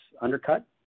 undercut